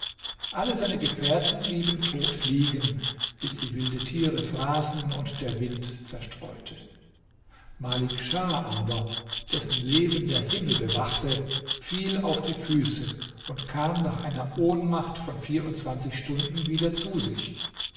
alle seine gefährten blieben tot liegen bis sie wilde tiere fraßen und der wind zerstreute malik schah aber dessen leben der himmel bewachte fiel auf die füße und kam nach einer ohnmacht von vierundzwanzig stunden wieder zu sich